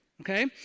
okay